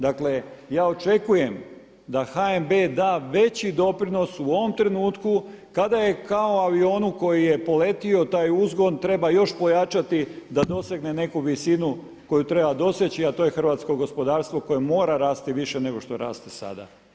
Dakle, ja očekujem da HNB da veći doprinos u ovom trenutku kada je kao u avionu koji je poletio taj uzgon treba još pojačati da dosegne neku visinu koju treba doseći, a to je hrvatsko gospodarstvo koje mora rasti više nego što raste sada.